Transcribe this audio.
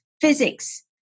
physics